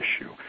issue